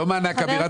לא מענק הבירה.